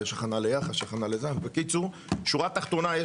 שורה תחתונה,